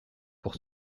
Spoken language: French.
pour